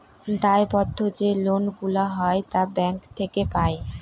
দায়বদ্ধ যে লোন গুলা হয় তা ব্যাঙ্ক থেকে পাই